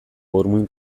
burmuin